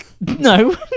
No